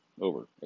over